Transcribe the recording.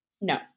No